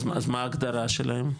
אז מה ההגדרה שלהם?